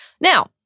Now